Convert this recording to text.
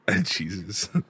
Jesus